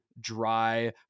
dry